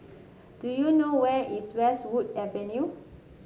do you know where is Westwood Avenue